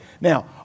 Now